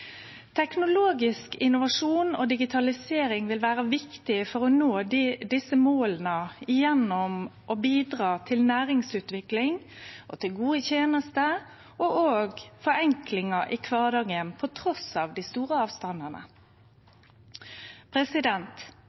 Teknologisk innovasjon og digitalisering vil vere viktig for å nå desse måla gjennom å bidra til næringsutvikling og til gode tenester og òg til å forenkle kvardagen trass dei store avstandane.